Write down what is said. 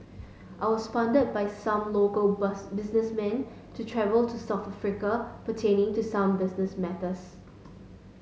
I was funded by some local bus businessmen to travel to South Africa pertaining to some business matters